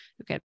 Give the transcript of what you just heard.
okay